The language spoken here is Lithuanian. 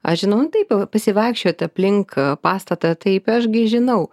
aš žinau nu taip pasivaikščiot aplink pastatą taip aš gi žinau